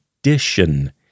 addition